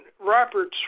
Robert's